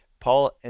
Paul